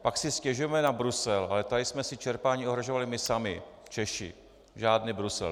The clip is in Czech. Pak si stěžujme na Brusel, ale tady jsme si čerpání ohrožovali my sami Češi, žádný Brusel.